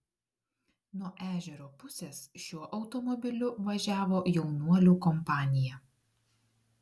nuo ežero pusės šiuo automobiliu važiavo jaunuolių kompanija